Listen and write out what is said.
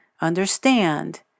understand